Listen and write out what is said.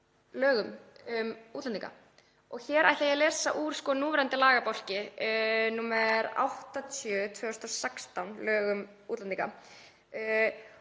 um útlendinga. Hér ætla ég að lesa úr núverandi lagabálki, nr. 80/2016, lög um útlendinga,